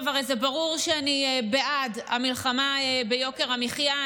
זה הרי ברור שאני בעד המלחמה ביוקר המחיה.